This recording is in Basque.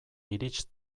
irits